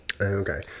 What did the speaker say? Okay